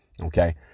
Okay